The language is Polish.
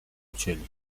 ucięli